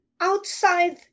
outside